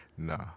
Nah